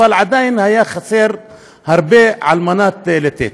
אבל עדיין היה חסר הרבה שצריך לתת.